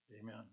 Amen